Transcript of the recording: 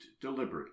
deliberately